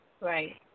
Right